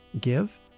give